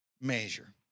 measure